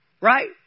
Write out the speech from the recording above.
Right